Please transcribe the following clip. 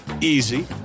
Easy